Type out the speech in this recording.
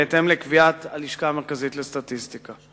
בהתאם לקביעת הלשכה המרכזית לסטטיסטיקה.